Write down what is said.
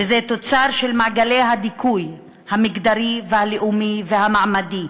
וזה תוצר של מעגלי הדיכוי המגדרי והלאומי והמעמדי,